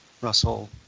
Russell